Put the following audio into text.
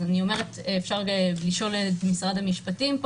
אני אומרת שאפשר לשאול את משרד המשפטים פה